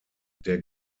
der